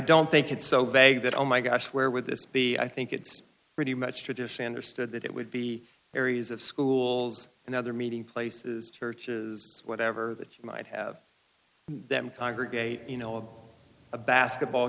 don't think it's so vague that oh my gosh where would this be i think it's pretty much tradition or stood that it would be areas of schools and other meeting places churches whatever that might have them congregate you know of a basketball